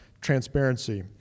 transparency